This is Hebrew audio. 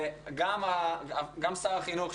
גם שר החינוך,